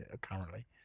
currently